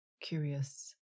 curious